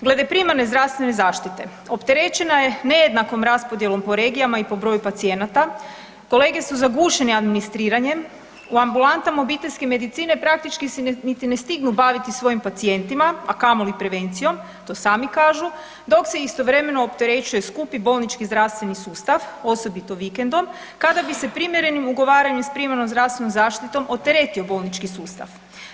Glede primarne zdravstvene zaštite opterećena je nejednakom raspodjelom po regijama i po broju pacijenata, kolege su zagušeni administriranjem, u ambulantama obiteljske medicine praktički se niti ne stignu baviti svojim pacijentima, a kamoli prevencijom, to sami kažu, dok se istovremeno opterećuje skupi bolnički zdravstveni sustav, osobito vikendom, kada bi se primjerenim ugovaranjem s primarnom zdravstvenom zaštiti oteretio bolnički sustav.